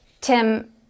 Tim